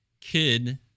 kid